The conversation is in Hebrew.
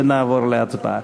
ונעבור להצבעה.